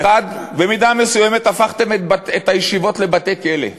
אחת, במידה מסוימת הפכתם את הישיבות לבתי-כלא.